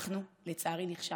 אנחנו, לצערי, נכשלנו.